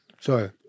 sorry